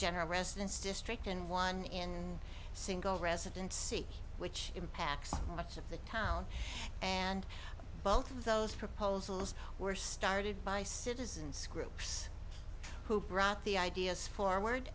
general residence district and one in single residency which impacts much of the town and both of those proposals were started by citizens groups who brought the ideas forward